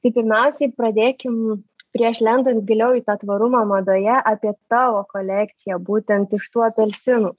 tai pirmiausiai pradėkim prieš lendant giliau į tą tvarumą madoje apie tavo kolekciją būtent iš tų apelsinų